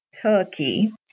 Turkey